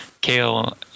Kale